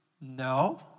No